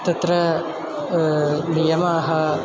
तत्र नियमाः